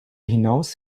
hinaus